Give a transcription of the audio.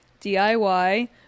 DIY